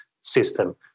system